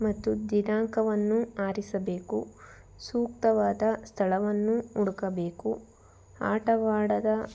ಮತ್ತು ದಿನಾಂಕವನ್ನು ಆರಿಸಬೇಕು ಸೂಕ್ತವಾದ ಸ್ಥಳವನ್ನು ಹುಡುಕಬೇಕು ಆಟವಾಡದ